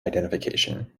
identification